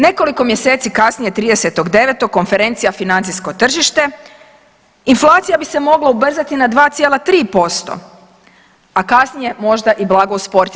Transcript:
Nekoliko mjeseci kasnije 30.9. konferencija „Financijsko tržište“, inflacija bi se mogla ubrzati na 2,3%, a kasnije možda i blago usporiti.